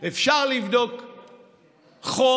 אפשר לבדוק חום,